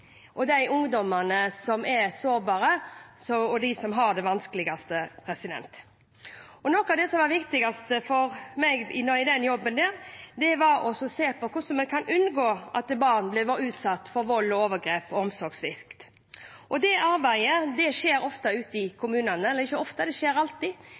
og ungdommene og de som har det vanskeligst. Noe av det som var viktigst for meg i den jobben, var å se på hvordan vi kunne unngå at barn ble utsatt for vold, overgrep og omsorgssvikt. Det arbeidet skjer alltid ute i kommunene, enten det er på en helsestasjon, i barnehagen eller i skolen, ute i nærmiljøet, der man kan se om det